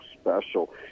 special